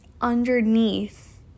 underneath